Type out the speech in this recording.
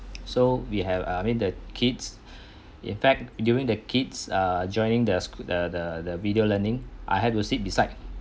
so we have I mean the kids in fact during the kids uh joining the the the video learning I had to sit beside